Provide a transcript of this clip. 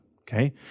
okay